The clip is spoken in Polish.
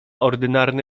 ordynarny